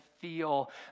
feel